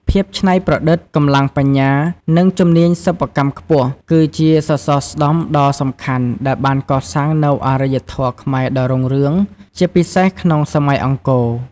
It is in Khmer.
ភាពច្នៃប្រឌិត កម្លាំងបញ្ញា និងជំនាញសិប្បកម្មខ្ពស់ គឺជាសសរស្តម្ភដ៏សំខាន់ដែលបានកសាងនូវអរិយធម៌ខ្មែរដ៏រុងរឿង ជាពិសេសក្នុងសម័យអង្គរ។